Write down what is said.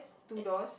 two doors